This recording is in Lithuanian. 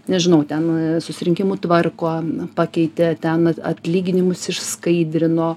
nežinau ten susirinkimų tvarko pakeitė ten atlyginimus išskaidrino